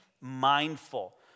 mindful